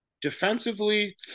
Defensively